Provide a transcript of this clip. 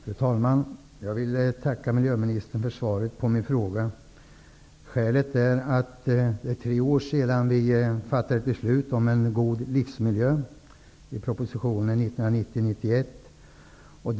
Fru talman! Jag vill tacka miljöministern för svaret på min fråga. Skälet till att jag har ställt frågan är att det är tre år sedan vi fattade beslut om en god livsmiljö, dvs. propositionen från 1990/91.